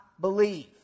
believe